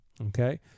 Okay